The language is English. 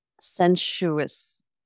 sensuous